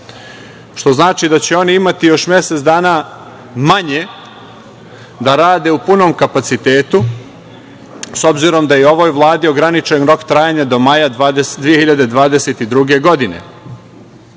što znači da će oni imati još mesec dana manje da rade u punom kapacitetu, s obzirom da je ovoj Vladi ograničen rok trajanja do maja 2022. godine.